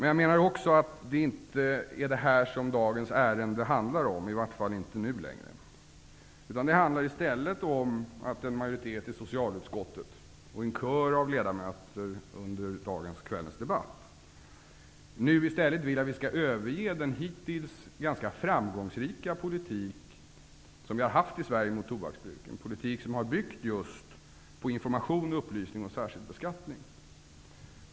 Jag menar också att det inte är det här som dagens ärende handlar om, i varje fall inte nu längre. Det handlar i stället om att en majoritet i socialutskottet och en kör av ledamöter under dagens och kvällens debatt vill att vi skall överge den hittills ganska framgångsrika politik som vi har haft i Sverige i fråga om tobaksbruket, en politik som har byggt just på information, upplysning och särskilt beskattning.